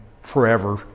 forever